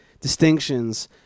distinctions